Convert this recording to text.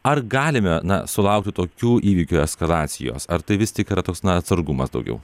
ar galime na sulaukiu tokių įvykių eskalacijos ar tai vis tik yra toks na atsargumas daugiau